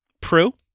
Prue